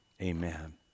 amen